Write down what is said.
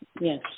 Yes